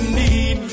need